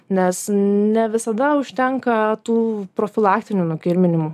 nes ne visada užtenka tų profilaktinių nukirminimų